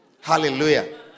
Hallelujah